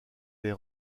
les